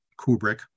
Kubrick